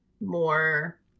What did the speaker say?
more